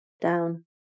down